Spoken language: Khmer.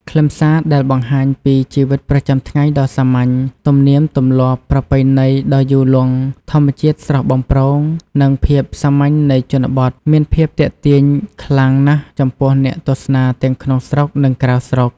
ខ្លឹមសារដែលបង្ហាញពីជីវិតប្រចាំថ្ងៃដ៏សាមញ្ញ ទំនៀមទម្លាប់ ប្រពៃណីដ៏យូរលង់ ធម្មជាតិស្រស់បំព្រង និង ភាពសាមញ្ញនៃជនបទ មានភាពទាក់ទាញខ្លាំងណាស់ចំពោះអ្នកទស្សនាទាំងក្នុងស្រុក និងក្រៅស្រុក។